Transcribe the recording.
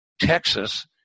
Texas